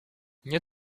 nie